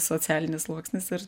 socialinis sluoksnis ir